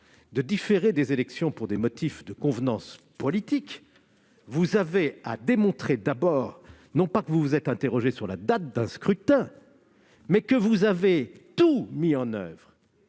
de différer des élections pour des motifs de convenance politique, il vous faut démontrer d'abord, non pas que vous vous êtes interrogé sur la date d'un scrutin, mais que, conscient de votre